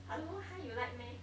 I don't know !huh! you like meh